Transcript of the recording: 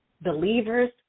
believers